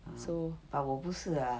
ah but 我不是 ah